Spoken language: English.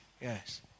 Yes